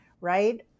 right